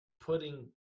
putting